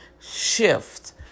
shift